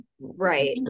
right